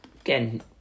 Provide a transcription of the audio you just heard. Again